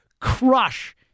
crush